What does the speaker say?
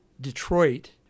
Detroit